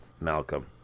Malcolm